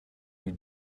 you